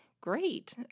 great